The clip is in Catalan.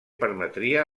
permetria